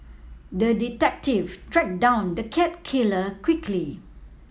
the detective tracked down the cat killer quickly